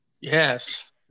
Yes